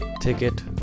ticket